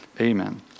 Amen